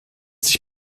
sich